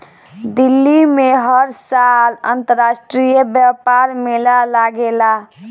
दिल्ली में हर साल अंतरराष्ट्रीय व्यापार मेला लागेला